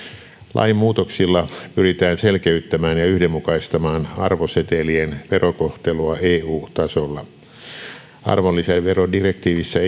lainmuutoksilla pyritään selkeyttämään ja yhdenmukaistamaan arvosetelien verokohtelua eu tasolla arvonlisäverodirektiivissä